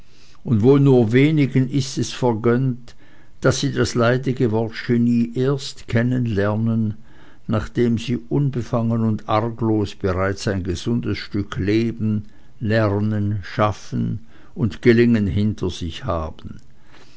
und wohl nur wenigen ist es vergönnt daß sie erst das leidige wort genie kennenlernen nachdem sie unbefangen und arglos bereits ein gesundes stück leben lernen schaffen und gelingen hinter sich haben